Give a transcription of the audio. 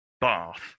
Bath